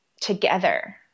Together